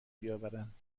بیاورند